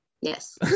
yes